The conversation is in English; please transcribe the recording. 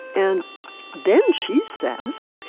and then she says,